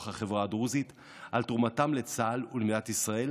החברה הדרוזית על תרומתה לצה"ל ולמדינת ישראל,